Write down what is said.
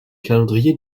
calendrier